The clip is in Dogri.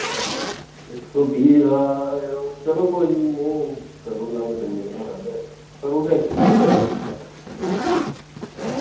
इक सौ बीह् दा यरो चलो कोई नी करूना मैं भेइये कन्नै गल्ल करूगा इक सौ बीह् रपे दा करूगा